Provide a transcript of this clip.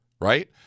right